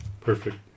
Perfect